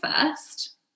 first